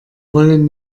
wollen